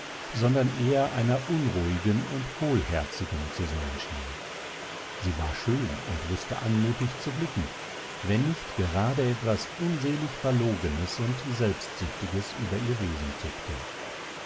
sondern eher einer unruhigen und hohlherzigen zu sein schien sie war schön und wußte anmutig zu blicken wenn nicht gerade etwas unselig verlogenes und selbstsüchtiges über ihr wesen zuckte